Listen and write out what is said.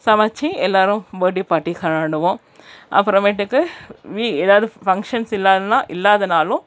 சமைத்து எல்லோரும் birthday party கொண்டாடுவோம் அப்புறமேட்டுக்கு வீ எதாவது ஃபங்ஷன்ஸ் இல்லைனா இல்லாத நாளும்